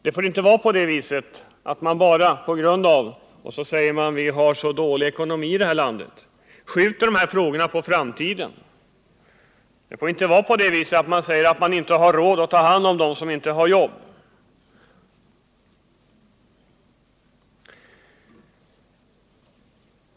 Det får inte vara på det viset att man på grund av att ”vi har så dålig ekonomi i det här landet” bara skjuter de här frågorna på framtiden. Det får inte vara på det viset att man säger att vi inte har råd att ta hand om dem som inte har jobb.